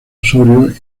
osorio